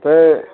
आमफाय